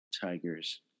tigers